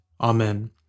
Amen